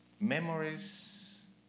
memories